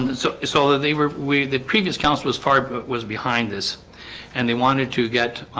and and so so they were we the previous council was far but was behind this and they wanted to get